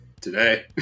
today